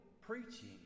preaching